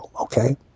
Okay